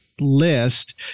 list